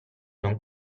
non